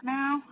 now